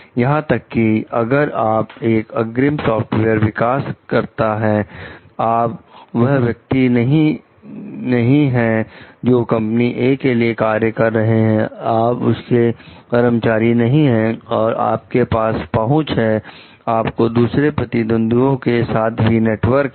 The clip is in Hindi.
यहां तक कि अगर आप एक अग्रिम सॉफ्टवेयर विकास करता है आप वह व्यक्ति नहीं हैं जो कंपनी "ए" के लिए कार्य कर रहे हैं आप उनके कर्मचारी नहीं हैं और आपके पास पहुंच है आपका दूसरे प्रतिद्वंदीयो के साथ भी नेटवर्क है